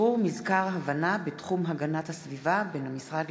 אשרור מזכר הבנה בתחום הגנת הסביבה בין המשרד